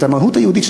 את המהות היהודית,